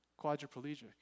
Quadriplegic